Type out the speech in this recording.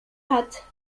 hat